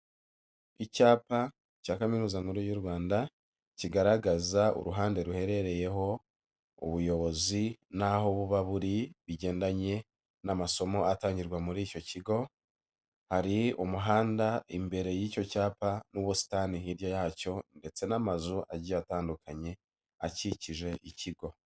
Icyapa cya Kaminuza Nkuru y'u Rwanda kigaragaza uruhande ruherereyeho ubuyobozi n'aho buba buri bigendanye n'amasomo atangirwa muri icyo kigo, hari umuhanda imbere y'icyo cyapa n'ubusitani hirya yacyo ndetse n'amazu agiye atandukanye akikije ikigo.